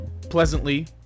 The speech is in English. pleasantly